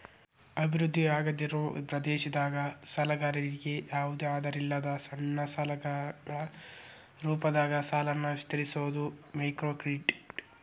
ಅಭಿವೃದ್ಧಿ ಆಗ್ದಾಇರೋ ಪ್ರದೇಶದಾಗ ಸಾಲಗಾರರಿಗಿ ಯಾವ್ದು ಆಧಾರಿಲ್ಲದ ಸಣ್ಣ ಸಾಲಗಳ ರೂಪದಾಗ ಸಾಲನ ವಿಸ್ತರಿಸೋದ ಮೈಕ್ರೋಕ್ರೆಡಿಟ್